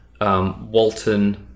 Walton